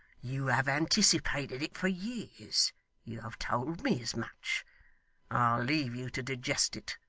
you have anticipated it for years you have told me as much. i leave you to digest it.